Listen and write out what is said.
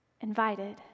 invited